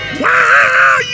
wow